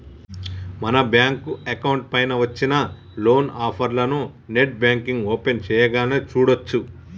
మన bank account పైన వచ్చిన లోన్ ఆఫర్లను నెట్ బ్యాంకింగ్ ఓపెన్ చేయగానే చూడచ్చు